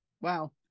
wow